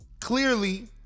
Clearly